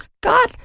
God